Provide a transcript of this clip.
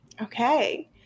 okay